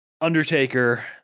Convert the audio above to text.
Undertaker